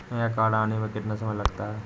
नया कार्ड आने में कितना समय लगता है?